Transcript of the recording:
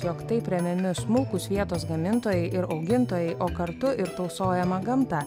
jog taip remiami smulkūs vietos gamintojai ir augintojai o kartu ir tausojama gamta